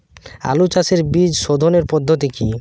আলু চাষের বীজ সোধনের পদ্ধতি কি?